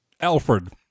Alfred